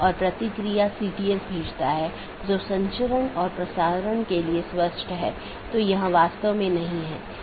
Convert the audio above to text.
इसलिए EBGP साथियों के मामले में जब हमने कुछ स्लाइड पहले चर्चा की थी कि यह आम तौर पर एक सीधे जुड़े नेटवर्क को साझा करता है